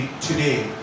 today